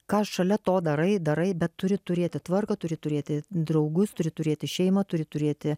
ką šalia to darai darai bet turi turėti tvarką turi turėti draugus turi turėti šeimą turi turėti